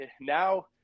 now